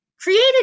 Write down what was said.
created